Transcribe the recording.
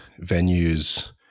venues